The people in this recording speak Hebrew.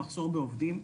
המחסור בעובדים.